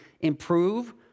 improve